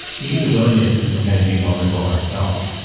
we need the willingness to sometimes be vulnerable ourselves,